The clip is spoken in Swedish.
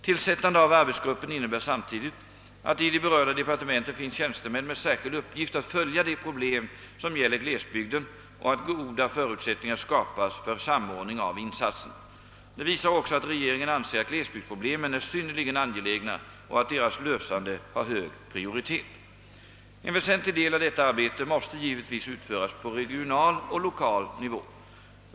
Tillsättande av arbetsgruppen innebär samtidigt att i de berörda departementen finns tjänstemän med särskild uppgift att följa de problem som gäller glesbygden och att goda förutsättningar skapas för samordning av insatserna. Det visar också att regeringen anser att glesbygdsproblemen är synnerligen angelägna och att deras lösande har hög prioritet. En väsentlig del av detta arbete måste givetvis utföras på regional och lokal nivå.